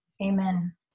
Amen